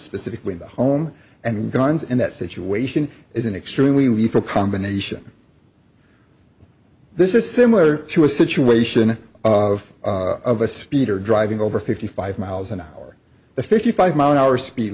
specifically in the home and guns and that situation is an extremely lethal combination this is similar to a situation of of a speeder driving over fifty five miles an hour the fifty five mile an hour speed